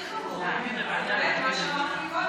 עומר ינקלביץ' (כחול לבן): אבל הדיון הכי חמור הוא באמת מה שאמרת קודם,